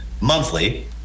monthly